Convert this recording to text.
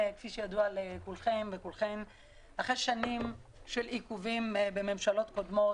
כפי שידוע לכולכם אחרי שנים של עיכובים בממשלות קודמות